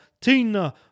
Tina